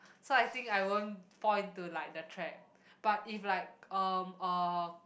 so I think I won't point to like the trap but if like um uh